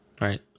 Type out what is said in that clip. Right